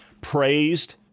praised